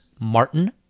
Martin